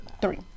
Three